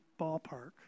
ballpark